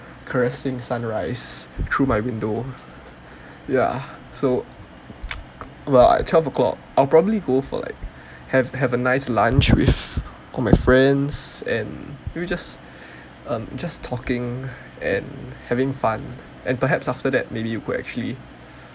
caressing sunrise through my window ya so well twelve o'clock I'll probably go for like have have a nice lunch with all my friends and we're just um just talking and having fun and perhaps after that maybe you could actually